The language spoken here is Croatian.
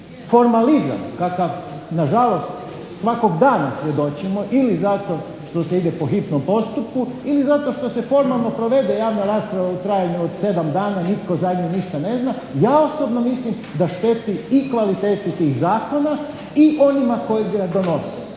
Formalizam kakav nažalost svakog dana svjedočimo ili zato što se ide po hitnom postupku ili zato što se formalno provede javna rasprava u trajanju od 7 dana i nitko za nju ništa ne zna ja osobno mislim da šteti i kvaliteti tih zakona i onima koji to donose.